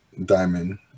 Diamond